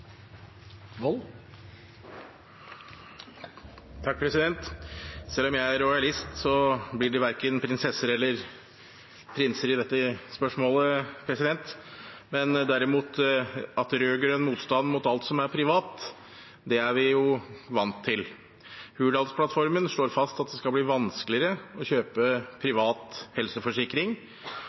Selv om jeg er rojalist, blir det verken prinsesser eller prinser i dette spørsmålet. At det er rød-grønn motstand mot alt som er privat, er vi vant til. Hurdalsplattformen slår fast at det skal bli vanskeligere å kjøpe privat helseforsikring,